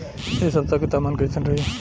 एह सप्ताह के तापमान कईसन रही?